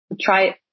try